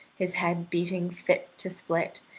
his head beating fit to split,